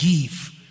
give